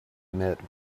admit